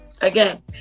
again